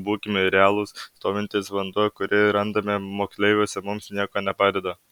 būkime realūs stovintis vanduo kurį randame moksleiviuose mums nieko nepadeda